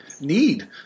need